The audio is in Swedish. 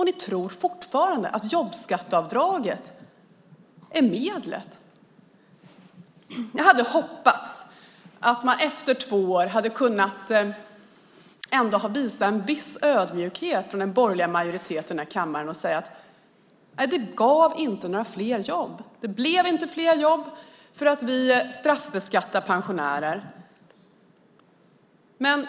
Ni tror fortfarande att jobbskatteavdraget är medlet. Jag hade hoppats att den borgerliga majoriteten i den här kammaren efter två år skulle kunna visa en viss ödmjukhet och säga att det inte gav några fler jobb. Det blev inga fler jobb för att vi straffbeskattar pensionärer.